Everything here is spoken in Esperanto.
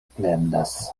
plendas